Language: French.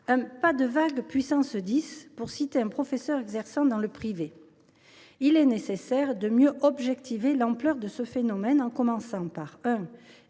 « pas de vague à la puissance 10 », pour citer un professeur exerçant dans le privé. Il est nécessaire de mieux objectiver l’ampleur de ce phénomène, en commençant tout